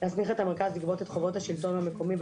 להסמיך את המרכז לגבות את חובות השלטון המקומי,